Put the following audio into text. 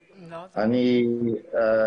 לכן.